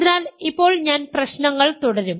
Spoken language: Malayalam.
അതിനാൽ ഇപ്പോൾ ഞാൻ പ്രശ്നങ്ങൾ തുടരും